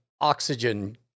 oxygen